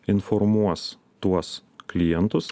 informuos tuos klientus